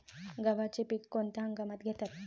गव्हाचे पीक कोणत्या हंगामात घेतात?